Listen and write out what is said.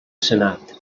senat